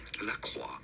Lacroix